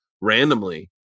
randomly